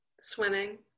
swimming